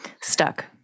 stuck